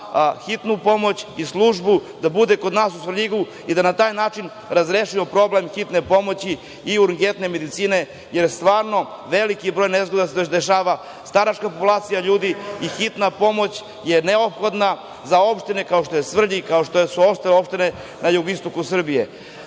hitnu pomoć i službu da bude kod nas u Svrljigu i da na taj način razrešimo problem hitne pomoći i urgentne medicine, jer stvarno veliki broj nezgoda se dešava, staračka populacija ljudi i hitna pomoć je neophodna za opštine kao što je Svrljig, kao što su uopšte opštine na jugoistoku Srbije. Još